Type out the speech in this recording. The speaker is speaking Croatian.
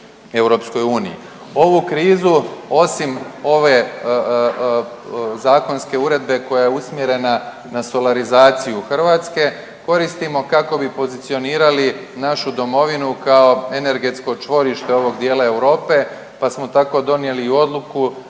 u cijeloj EU. Ovu krizu osim ove zakonske uredbe koja je usmjerena na solarizaciju Hrvatske koristimo kako bi pozicionirali našu domovinu kao energetsko čvorište ovog dijela Europe, pa smo tako donijeli i odluku